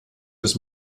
des